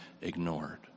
ignored